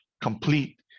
complete